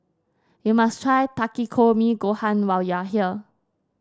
you must try Takikomi Gohan when you are here